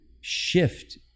shift